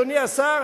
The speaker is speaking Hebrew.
אדוני השר,